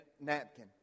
napkin